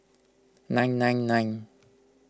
nine nine nine